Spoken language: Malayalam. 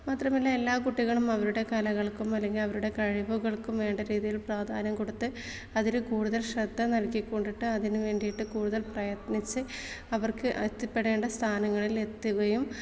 മാത്രമല്ല എല്ലാ കുട്ടികളും അവരുടെ കലകൾക്കും അല്ലെങ്കിൽ അവരുടെ കഴിവുകൾക്കും വേണ്ട രീതിയിൽ പ്രാധാന്യം കൊടുത്ത് അതിൽ കൂടുതൽ ശ്രദ്ധ നൽകിക്കൊണ്ടിട്ട് അതിനു വേണ്ടിയിട്ട് കൂടുതൽ പ്രയത്നിച്ച് അവർക്ക് എത്തിപ്പെടേണ്ട സ്ഥാനങ്ങളിൽ എത്തുകയും